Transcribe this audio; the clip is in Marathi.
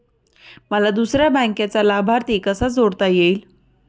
मला दुसऱ्या बँकेचा लाभार्थी कसा जोडता येईल?